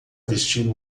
vestindo